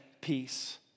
peace